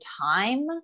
time